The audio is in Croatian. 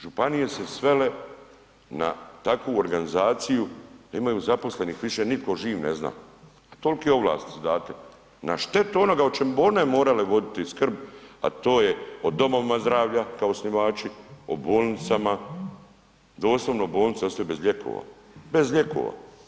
Županije su se svele na takvu organizaciju da imaju zaposlenih više niko živ ne zna, a tolke ovlasti su date na štetu onoga o čemu bi one morale voditi skrb, a to je o domovima zdravlja kao osnivači, o bolnicama, doslovno bolnice ostaju bez lijekova, bez lijekova.